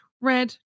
red